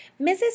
Mrs